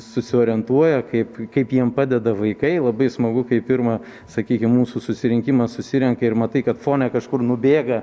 susiorientuoja kaip kaip jiem padeda vaikai labai smagu kai pirmą sakykim mūsų susirinkimą susirenka ir matai kad fone kažkur nubėga